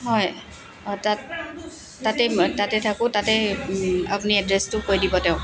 হয় অঁ তাত তাতে মই তাতে থাকোঁ তাতে আপুনি এড্ৰেছটো কৈ দিব তেওঁক